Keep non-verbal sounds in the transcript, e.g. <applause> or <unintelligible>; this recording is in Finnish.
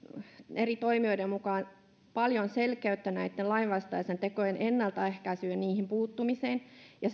eri toimijoiden mukaan paljon selkeyttä näitten lainvastaisten tekojen ennaltaehkäisyyn ja niihin puuttumiseen ja <unintelligible>